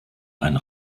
einen